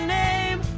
name